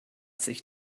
sich